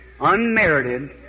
Unmerited